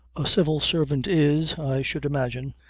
a civil servant is, i should imagine,